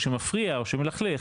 או שמפריע או שמלכלך,